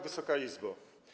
Wysoka Izbo!